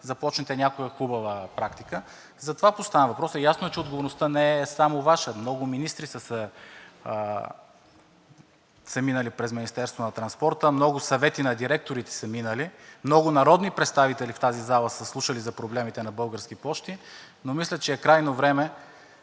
започнете някоя хубава практика, затова поставям въпроса. Ясно е, че отговорността не е само Ваша. Много министри са минали през Министерството на транспорта, много съвети на директорите са минали, много народни представители в тази зала са слушали за проблемите на „Български пощи“, но мисля, че е крайно време